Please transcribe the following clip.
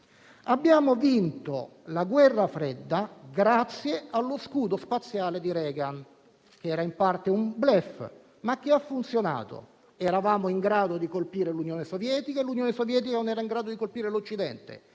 abbiamo vinto la guerra fredda grazie allo scudo spaziale di Reagan, che era in parte un *bluff*, ma che ha funzionato. Eravamo in grado di colpire l'Unione Sovietica e l'Unione Sovietica non era in grado di colpire l'Occidente.